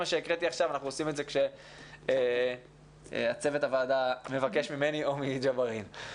אנחנו עושים זאת כשצוות הוועדה מבקש ממני או מג'בארין.